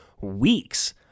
weeks